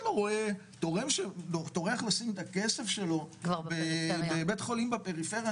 אף אחד לא רואה תורם שטורח לשים את הכסף שלו בבית חולים בפריפריה,